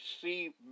see